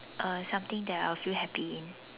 uh something that I will feel happy in